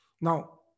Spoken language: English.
Now